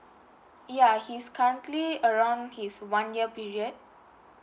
ya he's currently around his one year period